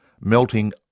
melting